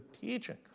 teaching